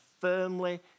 firmly